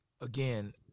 Again